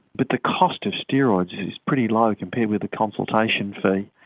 but the cost of steroids is pretty low compared with the consultation fee.